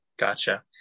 Gotcha